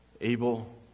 Abel